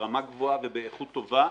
ברמה גבוהה ובאיכות טובה.